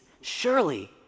surely